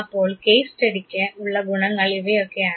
അപ്പോൾ കേസ് സ്റ്റഡിക്ക് ഉള്ള ഗുണങ്ങൾ ഇവയൊക്കെയാണ്